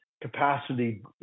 capacity